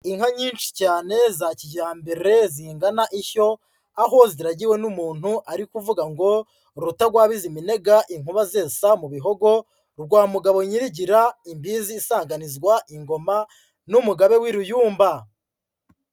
Inka nyinshi cyane za kijyambere zingana ishyo, aho ziragiwe n'umuntu ari kuvuga ngo: "Rukutagwabizi iminega inkuba zesa mu bihogo rwa mugabo nyirigira, imbizi isanganizwa ingoma n'umugabe w'Iruyumba."